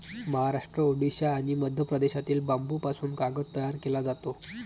महाराष्ट्र, ओडिशा आणि मध्य प्रदेशातील बांबूपासून कागद तयार केला जातो